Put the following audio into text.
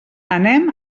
anem